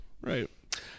Right